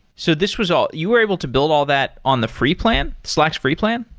so this result, you were able to build all that on the free plan? slack's free plan?